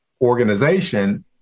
organization